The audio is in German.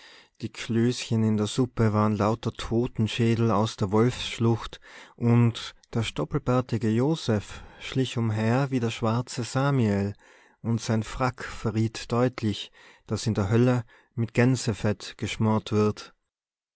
die klößchen in der suppe waren lauter totenschädel aus der wolfsschlucht und der stoppelbärtige joseph schlich umher wie der schwarze samiel und sein frack verriet deutlich daß in der hölle mit gänsefett geschmort wird